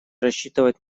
рассчитывать